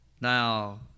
Now